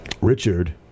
Richard